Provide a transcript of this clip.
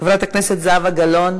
חברת הכנסת זהבה גלאון